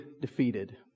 defeated